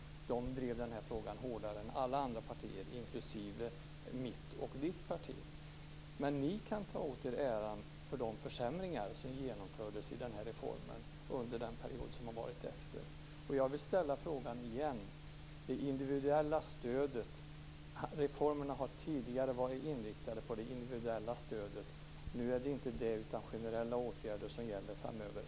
Folkpartiet drev den här frågan hårdare än alla andra partier, inklusive mitt och ditt parti. Men ni kan ta åt er äran för de försämringar som genomfördes i den här reformen under den period som har varit. Jag vill ställa frågan igen. Reformerna har tidigare varit inriktat på det individuella stödet. Nu är det inte det, utan generella åtgärder som gäller framöver.